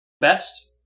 best